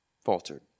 Faltered